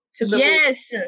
yes